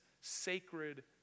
sacred